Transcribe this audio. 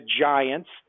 Giants